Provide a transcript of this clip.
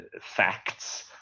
facts